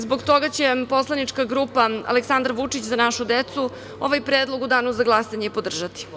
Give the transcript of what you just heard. Zbog toga će poslanička grupa Aleksandar Vučić – Za našu decu ovaj predlog u danu za glasanje i podržati.